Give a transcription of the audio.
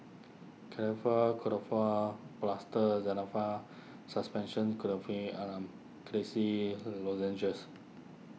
Plaster Zental Far Suspension Clay See Lozenges